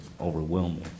overwhelming